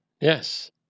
Yes